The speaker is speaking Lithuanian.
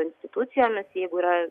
institucijomis jeigu yra